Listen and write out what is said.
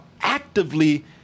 actively